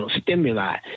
stimuli